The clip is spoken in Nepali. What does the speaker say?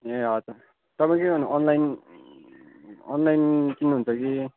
ए हजुर तपाईँ के गर्नु अनलाइन अनलाइन किन्नुहुन्छ कि